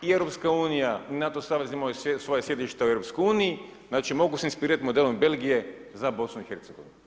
I EU i NATO savez imaju svoja sjedišta u EU-u, znači mogu se inspirirati modelom Belgije za BiH.